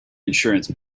insurance